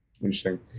Interesting